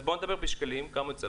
אז בוא נדבר בשקלים, כמה זה יוצא?